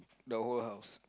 the whole house